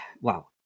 wow